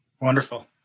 Wonderful